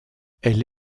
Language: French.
elle